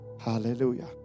Hallelujah